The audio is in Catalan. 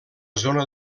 zona